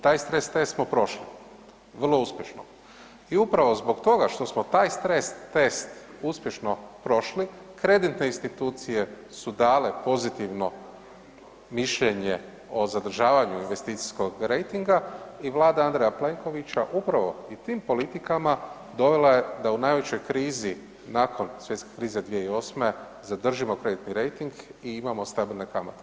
Taj stres test smo prošli, vrlo uspješno i upravo zbog toga što smo taj stres test uspješno prošli kreditne institucije su dale pozitivno mišljenje o zadržavanju investicijskog rejtinga i vlada Andreja Plenkovića upravo i tim politikama dovela je da u najvećoj krizi nakon svjetske krize 2008. zadržimo kreditni rejting i imamo stabilne kamate.